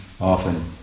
often